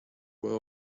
were